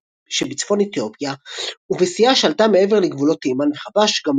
שבצפון אתיופיה - ובשיאה שלטה מעבר לגבולות תימן וחבש,